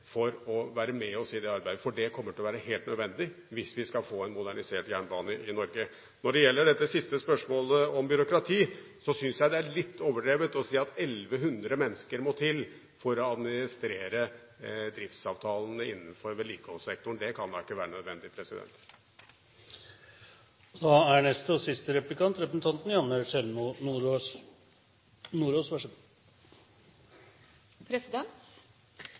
for å være med oss i det arbeidet, for det kommer til å være helt nødvendig hvis vi skal få en modernisert jernbane i Norge. Når det gjelder dette siste spørsmålet om byråkrati, syns jeg det er litt overdrevet å si at 1 100 mennesker må til for å administrere driftsavtalene innenfor vedlikeholdssektoren. Det kan da ikke være nødvendig. Høyre har et budsjettforslag som ikke er